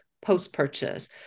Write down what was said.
post-purchase